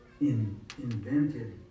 invented